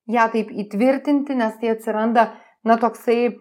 ją taip įtvirtinti nes tai atsiranda na toksai